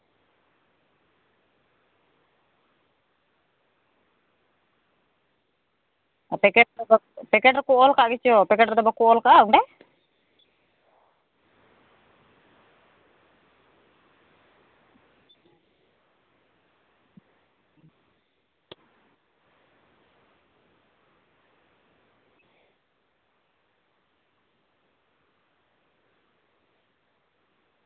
packet ᱨᱮᱠᱚ packet ᱨᱮᱠᱚ ᱚᱞ ᱠᱟᱜ ᱜᱮᱪᱚ ᱯᱮᱠᱮᱴ ᱨᱮᱫᱚ ᱵᱟᱠᱚ ᱚᱞ ᱠᱟᱜᱼᱟ ᱚᱸᱰᱮ